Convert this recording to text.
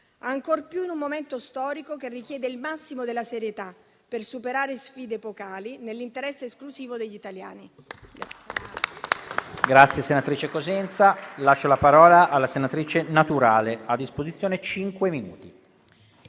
ancor più in un momento storico che richiede il massimo della serietà per superare sfide epocali, nell'interesse esclusivo degli italiani.